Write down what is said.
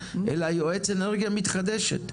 אלא יועץ אנרגיה מתחדשת.